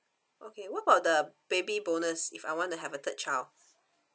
okay what about the baby bonus if I want to have a third child